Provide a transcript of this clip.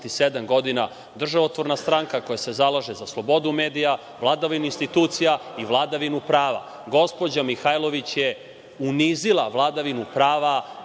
godina državotvorna stranka koja se zalaže za slobodu medija, vladavinu institucija i vladavinu prava. Gospođa Mihajlović je unizila vladavinu prava